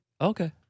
Okay